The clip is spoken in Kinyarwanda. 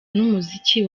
n’umuziki